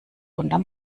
unterm